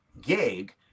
gig